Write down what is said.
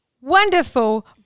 wonderful